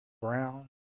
brown